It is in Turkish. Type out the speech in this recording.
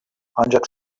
ancak